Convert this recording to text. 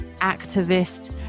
activist